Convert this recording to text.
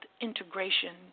integration